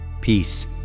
Peace